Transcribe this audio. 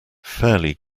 fairly